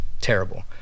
terrible